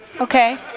Okay